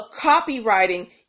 copywriting